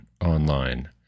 online